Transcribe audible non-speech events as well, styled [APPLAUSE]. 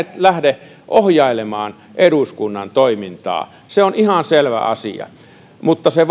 lähde ohjailemaan eduskunnan toimintaa se on ihan selvä asia se [UNINTELLIGIBLE]